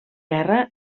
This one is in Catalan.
guerra